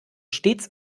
stets